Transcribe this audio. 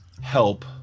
help